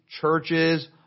churches